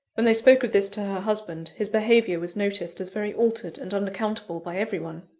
when they spoke of this to her husband, his behaviour was noticed as very altered and unaccountable by every one.